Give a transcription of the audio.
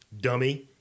Dummy